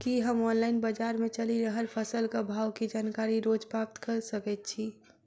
की हम ऑनलाइन, बजार मे चलि रहल फसलक भाव केँ जानकारी रोज प्राप्त कऽ सकैत छी?